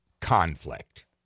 conflict